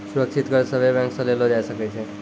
सुरक्षित कर्ज सभे बैंक से लेलो जाय सकै छै